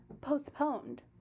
postponed